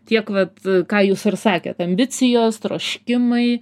tiek vat ką jūs ir sakėt ambicijos troškimai